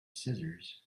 scissors